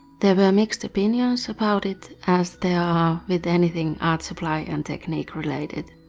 there were mixed opinions about it as there are with anything art supply and technique related.